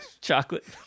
chocolate